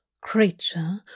creature